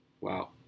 Wow